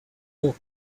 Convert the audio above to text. york